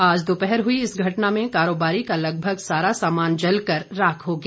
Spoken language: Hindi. आज दोपहर हुई इस घटना में कारोबारी का लगभग सारा सामान जल कर राख हो गया